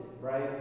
right